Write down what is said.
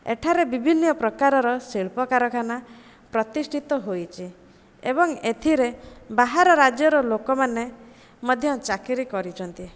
ଏଠାରେ ବିଭିନ୍ନପ୍ରକାରର ଶିଳ୍ପ କାରଖାନା ପ୍ରତିଷ୍ଠିତ ହୋଇଛି ଏବଂ ଏଥିରେ ବାହାର ରାଜ୍ୟର ଲୋକମାନେ ମଧ୍ୟ ଚାକିରି କରିଛନ୍ତି